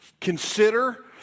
consider